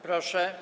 Proszę.